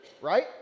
right